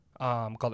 called